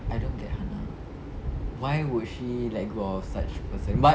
I don't get hannah why would she let go of such person but